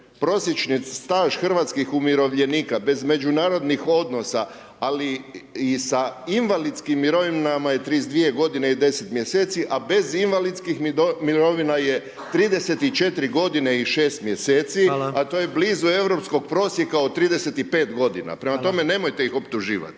prosječni staž hrvatskih umirovljenika, bez međunarodnih odnosa, ali i sa invalidskim mirovinama je 32 godine i 10 mjeseci, a bez invalidskih mirovina je 34 godine i 6 mjeseci, a to je blizu europskog prosjeka od 35 godina, prema tome nemojte ih optuživat.